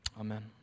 Amen